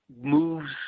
moves